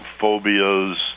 phobias